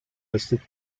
listed